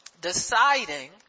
deciding